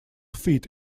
feet